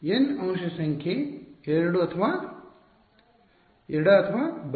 N ಅಂಶ ಸಂಖ್ಯೆ 2 ಎಡ ಅಥವಾ ಬಲ